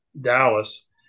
Dallas